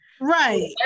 Right